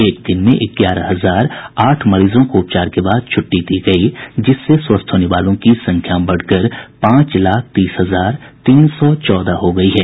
एक दिन में ग्यारह हजार आठ मरीजों को उपचार के बाद छुट्टी दी गई जिससे स्वस्थ होने वालों की संख्या बढ़कर पांच लाख तीस हजार तीन सौ चौदह हो गई है